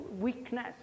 weakness